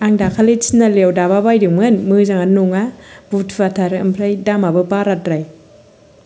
आं दाखालि थिनालिआव दाबा बायदोंमोन मोजाङानो नङा बुथुवाथार ओमफ्राय दामाबो बाराद्राय